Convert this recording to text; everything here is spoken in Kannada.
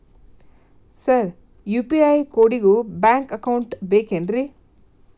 ಸರ್ ಯು.ಪಿ.ಐ ಕೋಡಿಗೂ ಬ್ಯಾಂಕ್ ಅಕೌಂಟ್ ಬೇಕೆನ್ರಿ?